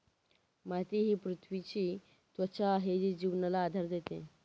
माती ही पृथ्वीची त्वचा आहे जी जीवनाला आधार देते